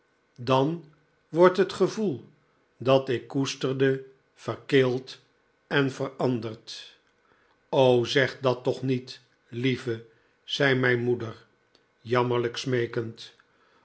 dan wordt het gevoel dat ik koesterde verkild en veranderd zeg dat toch niet lieve zei mijn moeder jammerlijk smeekend